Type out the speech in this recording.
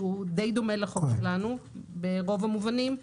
שדי דומה לחוק שלנו ברוב המובנים.